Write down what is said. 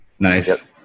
Nice